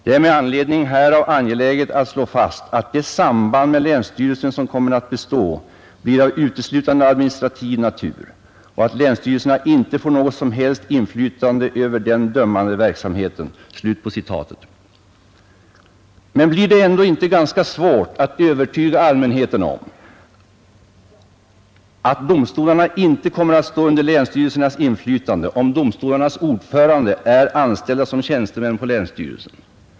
Det är med anledning härav angeläget att slå fast att det samband med länsstyrelsen som kommer att bestå blir av uteslutande administrativ natur och att länsstyrelserna inte får något som helst inflytande över den dömande verksamheten.” Men blir det ändå inte ganska svårt att övertyga allmänheten om att domstolarna inte kommer att stå under länsstyrelsernas inflytande, om domstolarnas ordförande är anställda som tjänstemän på länsstyrelsen?